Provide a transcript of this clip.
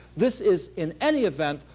this is, in any event,